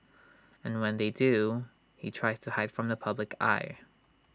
and when they do he tries to hide from the public eye